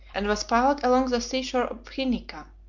and was piled along the sea-shore of phoenicia,